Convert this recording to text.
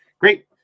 Great